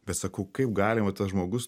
bet sakau kaip galima tas žmogus